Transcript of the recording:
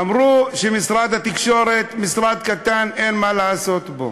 אמרו שמשרד התקשורת משרד קטן, אין מה לעשות בו.